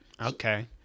Okay